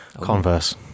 Converse